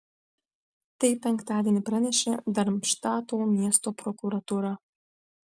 tai penktadienį pranešė darmštato miesto prokuratūra